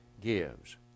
gives